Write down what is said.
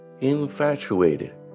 infatuated